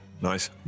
Nice